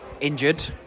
injured